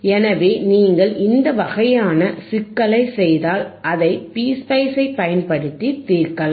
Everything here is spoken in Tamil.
எனவே நீங்கள் இந்த வகையான சிக்கலைச் செய்தால் அதை PSPice ஐப் பயன்படுத்தி தீர்க்கலாம்